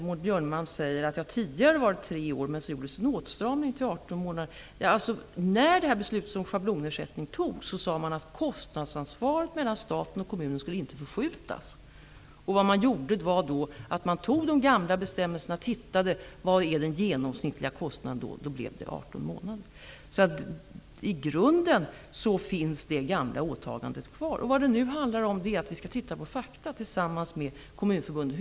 Maud Björnemalm säger att tidigare var det tre år, men så gjordes det en åtstramning till 18 månader. När beslutet om schablonersättning togs, sade man att kostnadsansvaret mellan staten och kommunen inte skulle förskjutas, och vad man gjorde var då att man tog de gamla bestämmelserna och tittade på den genomsnittliga kostnaden. Då blev det 18 Så i grunden finns det gamla åtagandet kvar. Vad det nu handlar om är att vi skall titta på fakta tillsammans med Kommunförbundet.